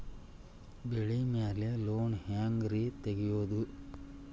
ಬೆಳಿ ಮ್ಯಾಲೆ ಲೋನ್ ಹ್ಯಾಂಗ್ ರಿ ತೆಗಿಯೋದ?